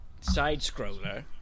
side-scroller